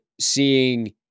seeing